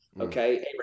Okay